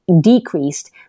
decreased